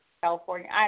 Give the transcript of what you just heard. California